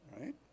right